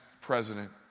president